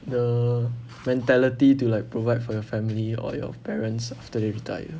the mentality to like provide for your family or your parents after they retire